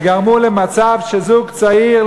וגרמו למצב שזוג צעיר,